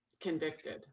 convicted